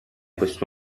questo